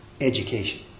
Education